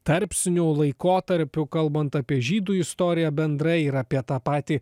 tarpsniu laikotarpiu kalbant apie žydų istoriją bendrai ir apie tą patį